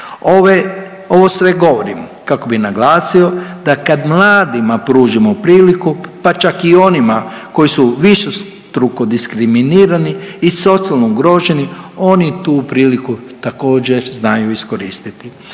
ovo sve govorim kako bi naglasio da kad mladima pružimo priliku, pa čak i onima koji su višestruko diskriminirani i socijalno ugroženi, oni tu priliku također, znaju iskoristiti.